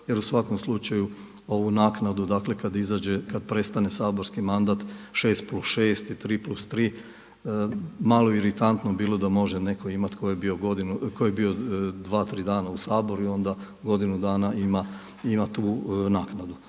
jer u svakom slučaju ovu naknadu kada prestane saborski mandat šest plus šest i tri plus tri malo je iritantno bilo da može neko imati tko je bio dva, tri dana u Saboru i onda godinu dana ima tu naknadu.